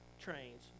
trains